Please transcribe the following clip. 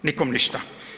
Nikom ništa.